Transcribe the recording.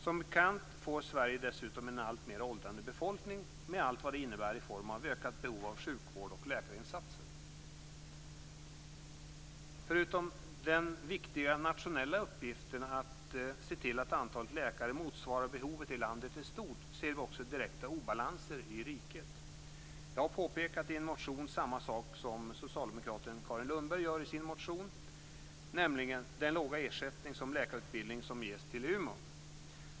Som bekant får Sverige dessutom en alltmer åldrande befolkning, med allt vad det innebär i form av ökat behov av sjukvård och läkarinsatser. Förutom den viktiga nationella uppgiften att se till att antalet läkare motsvarar behovet i landet i stort ser vi också direkta obalanser i riket. Jag har i en motion påpekat samma sak som socialdemokraten Carin Lundberg i sin motion, nämligen den låga ersättning för läkarutbildningen som ges till Umeå.